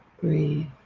Breathe